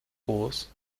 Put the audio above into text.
groß